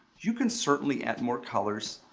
you can certainly add more colors.